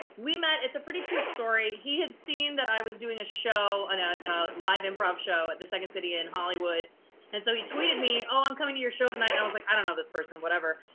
we met, it's a pretty cute story. he had seen that i was doing a show on a live improv show at the second city inn hollywood and so he tweeted me, oh i'm coming to your show tonight. and i was like, i don't know this person, whatever.